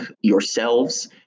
yourselves